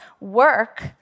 work